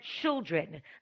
children